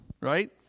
right